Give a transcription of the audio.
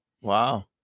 Wow